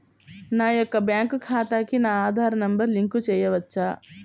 నా యొక్క బ్యాంక్ ఖాతాకి నా ఆధార్ నంబర్ లింక్ చేయవచ్చా?